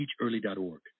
teachearly.org